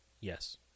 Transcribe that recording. Yes